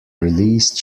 released